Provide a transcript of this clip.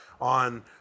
on